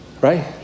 Right